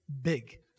big